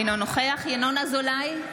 אינו נוכח ינון אזולאי,